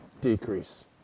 decrease